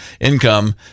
income